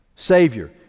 savior